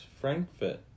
Frankfurt